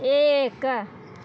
एक